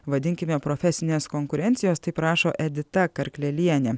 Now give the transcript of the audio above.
vadinkime profesinės konkurencijos taip rašo edita karklelienė